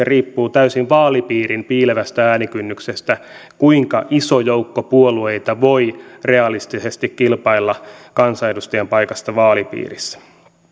riippuu täysin vaalipiirin piilevästä äänikynnyksestä kuinka iso joukko puolueita voi realistisesti kilpailla kansanedustajan paikasta vaalipiirissä